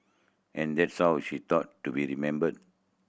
and that's how she taught to be remembered